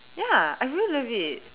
ya I really love it